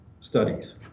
studies